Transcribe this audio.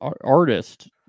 artist